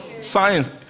Science